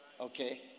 okay